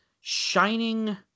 shining